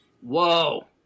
Whoa